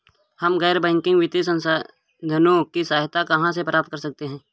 हम गैर बैंकिंग वित्तीय संस्थानों की सहायता कहाँ से प्राप्त कर सकते हैं?